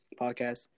podcast